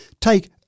take